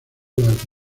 las